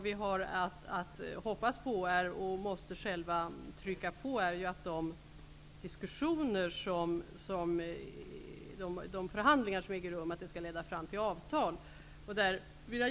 Vi har att hoppas på -- och här måste vi själva trycka på -- att de förhandlingar som äger rum skall leda fram till avtal.